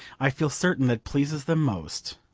i feel certain, that pleases them most.